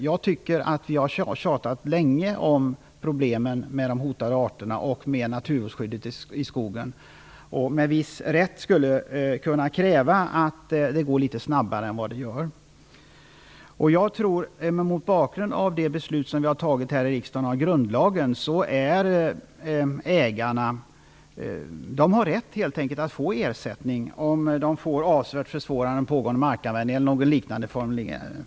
Jag tycker att vi har tjatat länge om problemen med de hotade arterna och om naturskyddet i skogen och med viss rätt skulle kunna kräva att det går litet snabbare. Mot bakgrund av vad vi har beslutat här i riksdagen har ägarna rätt att få ersättning om de får avsevärt försvårad pågående markanvändning eller liknande.